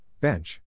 Bench